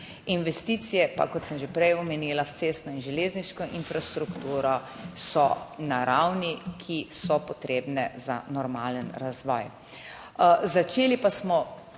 Investicije pa, kot sem že prej omenila, v cestno in železniško infrastrukturo so na ravni, ki so potrebne za normalen razvoj. Začeli pa smo